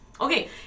Okay